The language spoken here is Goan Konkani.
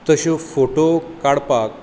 तश्यो फोटो काडपाक